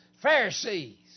Pharisees